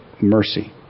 mercy